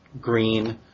green